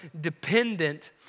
dependent